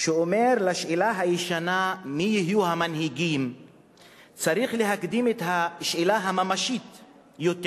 שאומר: לשאלה הישנה מי יהיו המנהיגים צריך להקדים את השאלה הממשית יותר